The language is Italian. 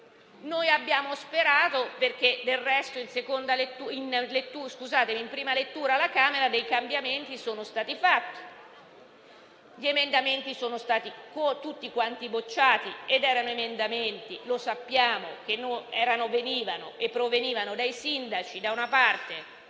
Noi l'abbiamo sperato perché, del resto, in prima lettura alla Camera dei cambiamenti sono stati fatti. Gli emendamenti sono stati tutti quanti bocciati ed erano emendamenti - come sappiamo - suggeriti dai sindaci, da una parte,